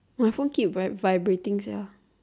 my phone keep vi~ vibrating sia